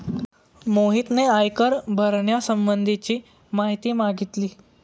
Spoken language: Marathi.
मोहितने आयकर भरण्यासंबंधीची माहिती मागितली